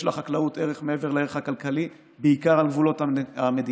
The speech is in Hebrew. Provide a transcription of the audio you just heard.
יש לחקלאות ערך מעבר לערך הכלכלי בעיקר על גבולות המדינה,